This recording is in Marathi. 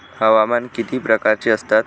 हवामान किती प्रकारचे असतात?